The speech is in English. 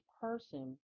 person